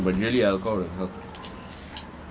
no but really alcohol will help